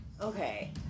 okay